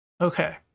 Okay